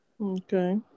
Okay